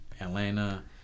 Atlanta